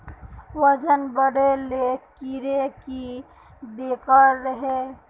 वजन बढे ले कीड़े की देके रहे?